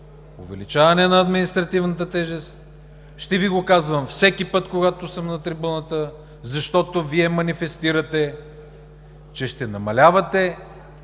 увеличаване на административната тежест. Ще Ви го казвам всеки път, когато съм на трибуната, защото Вие манифестирате, че ще намалявате